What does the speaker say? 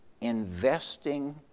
investing